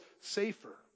safer